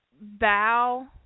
bow